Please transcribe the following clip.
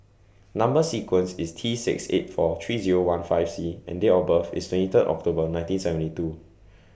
Number sequence IS T six eight four three Zero one five C and Date of birth IS twenty Third October nineteen seventy two